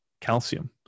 calcium